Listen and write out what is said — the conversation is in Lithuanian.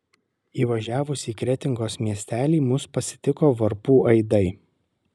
įvažiavus į kretingos miestelį mus pasitiko varpų aidai